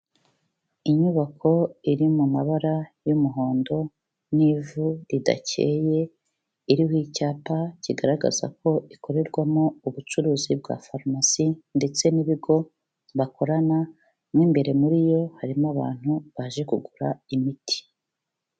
Inyubako iri mu mabara y'umuhondo n'ivu ridakeye, iriho icyapa kigaragaza ko ikorerwamo ubucuruzi bwa farumasi ndetse n'ibigo bakorana, mo imbere muri yo harimo abantu baje kugura imiti.